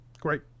Great